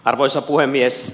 arvoisa puhemies